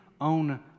own